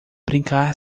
brincar